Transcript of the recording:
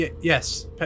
Yes